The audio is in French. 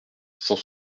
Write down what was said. cent